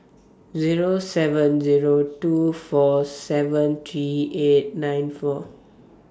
Zero seven Zero two four seven three eight nine four